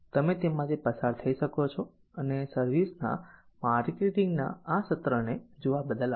તમે તેમાંથી પસાર થઈ શકો છો અને સર્વિસ ના માર્કેટિંગ ના આ સત્રને જોવા બદલ આભાર